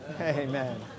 Amen